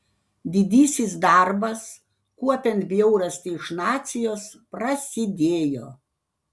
didysis darbas kuopiant bjaurastį iš nacijos prasidėjo